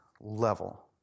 level